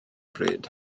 bryd